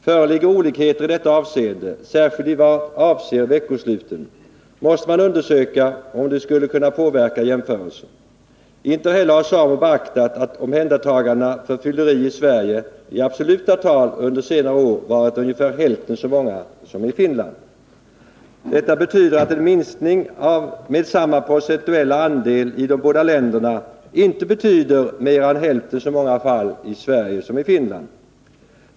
Föreligger olikheter i detta avseende, särskilt i vad avser veckosluten, måste man undersöka om de skulle kunna påverka jämförelsen. Inte heller har SAMO beaktat att omhändertagandena för fylleri i Sverige i absoluta tal under senare år varit ungefär hälften så många som i Finland. Detta betyder att en minskning med samma procentuella andel i de båda länderna inte betyder mera än hälften så många fall i Sverige som i Finland.